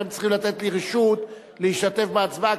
אתם צריכים לתת לי רשות להשתתף בהצבעה,